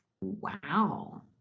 Wow